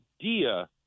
idea